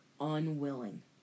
unwilling